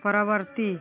ପରବର୍ତ୍ତୀ